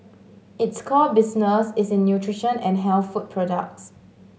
its core business is in nutrition and health food products